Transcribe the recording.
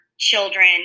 children